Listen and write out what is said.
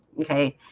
okay?